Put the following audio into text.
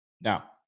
Now